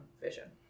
vision